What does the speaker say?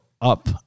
up